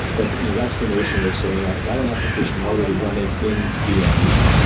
but you know that's the notion of saying, i've got an application already running in vm's,